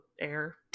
air